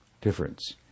difference